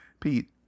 Pete